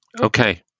Okay